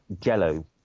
jello